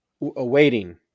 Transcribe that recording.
awaiting